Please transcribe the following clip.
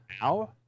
now